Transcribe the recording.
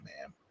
man